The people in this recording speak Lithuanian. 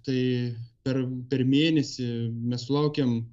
tai per per mėnesį mes sulaukiam